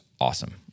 awesome